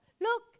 Look